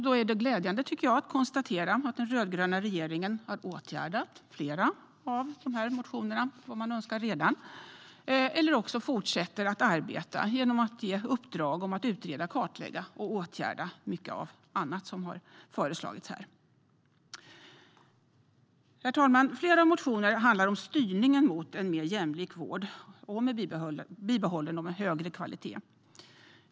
Det är glädjande att konstatera att den rödgröna regeringen redan har åtgärdat flera av de saker man önskar i motionerna eller fortsätter att arbeta genom att ge uppdrag att utreda, kartlägga och åtgärda mycket av det andra som har föreslagits. Herr talman! Flera motioner handlar om styrningen mot en mer jämlik vård, med bibehållen eller högre kvalitet.